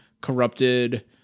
corrupted